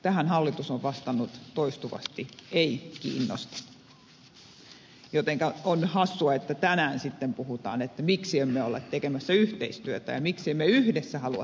tähän hallitus on vastannut toistuvasti ei kiinnosta jotenka on hassua että tänään sitten puhutaan miksi emme ole tekemässä yhteistyötä ja miksi emme yhdessä halua tätä asiaa viedä eteenpäin